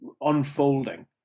unfolding